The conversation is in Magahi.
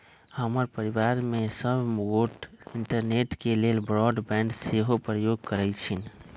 हमर परिवार में सभ गोटे इंटरनेट के लेल ब्रॉडबैंड के सेहो प्रयोग करइ छिन्ह